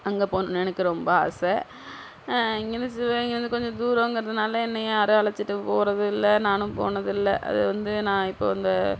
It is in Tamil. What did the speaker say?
அங்க போகணும்னு எனக்கு ரொம்ப ஆசை இங்கேருந்து சிவகங்கையிலருந்து கொஞ்சம் தூரங்கிறதுனால என்னை யாரும் அழைச்சிட்டு போறது இல்லை நானும் போனதில்லை அது வந்து நான் இப்ப அந்த